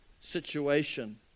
situation